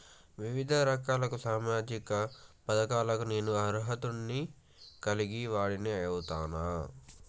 వివిధ రకాల సామాజిక పథకాలకు నేను అర్హత ను కలిగిన వాడిని అయితనా?